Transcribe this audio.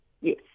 Yes